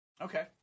Okay